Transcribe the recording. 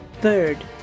Third